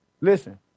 Listen